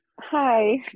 Hi